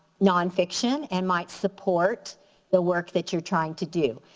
non-fiction and might support the work that you're trying to do.